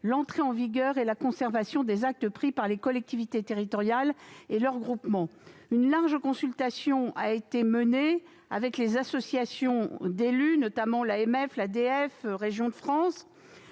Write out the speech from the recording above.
l'entrée en vigueur et la conservation des actes pris par les collectivités territoriales et leurs groupements. Une large consultation a été menée avec les associations d'élus, notamment l'Association des maires